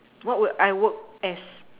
what would I work as